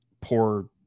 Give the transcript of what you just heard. poor